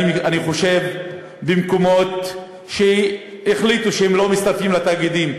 אני חושב שמקומות שהחליטו שהם לא מצטרפים לתאגידים,